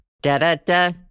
Da-da-da